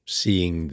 seeing